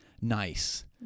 nice